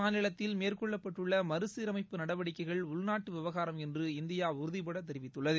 மாநிலத்தில் மேற்கொள்ளப்பட்டுள்ளமறுசீரமைப்பு நடவடிக்கைகள் உள்நாட்டுவிவகாரம் இஜம்முகாஷ்மீர் என்று இந்தியாஉறுதிபடதெரிவித்துள்ளது